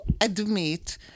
admit